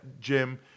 Jim